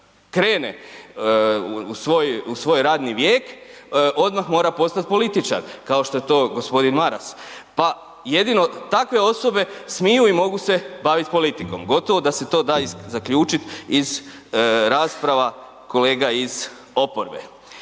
krene u svojoj radni vijek, odmah mora postat političar kao što je to g. Maras pa jedino takve osobe smiju i mogu se baviti politikom, gotovo da se to da i zaključit iz rasprava kolega iz oporbe.